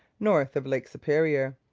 north of lake superior.